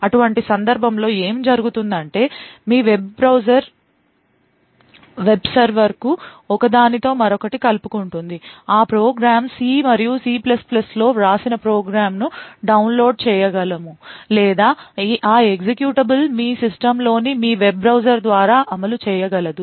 అటువంటి సందర్భంలో ఏమి జరుగుతుందంటే మీ వెబ్ బ్రౌజర్ వెబ్ సర్వర్కు ఒక దానితో మరొకటి కలుపుకుంటుంది ఆ ప్రోగ్రామ్ సి మరియు సి లో వ్రాసిన ప్రోగ్రామ్ను డౌన్లోడ్ చేయగలము లేదా ఆ ఎక్జిక్యూటబుల్ మీ సిస్టమ్లోని మీ వెబ్ బ్రౌజర్ ద్వారా అమలు చేయగలదు